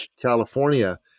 California